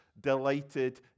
delighted